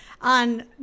on